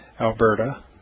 Alberta